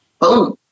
boom